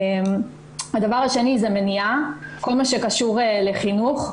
הדבר השני זה מניעה, כל מה שקשור לחינוך.